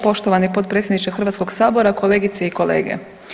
Poštovani potpredsjedniče Hrvatskoga sabora, kolegice i kolege.